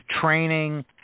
training